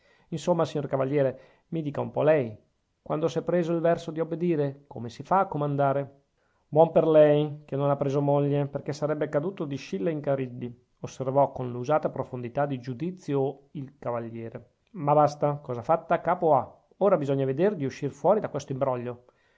insomma signor cavaliere mi dica un po lei quando s'è preso il verso di obbedire come si fa a comandare buon per lei che non ha preso moglie perchè sarebbe caduto di scilla in cariddi osservò con l'usata profondità di giudizio il signor cavaliere ma basta cosa fatta capo ha ora bisogna vedere di uscir fuori da questo imbroglio